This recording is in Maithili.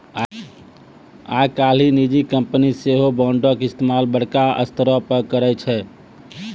आइ काल्हि निजी कंपनी सेहो बांडो के इस्तेमाल बड़का स्तरो पे करै छै